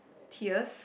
tiers